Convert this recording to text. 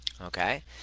Okay